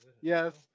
yes